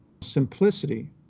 simplicity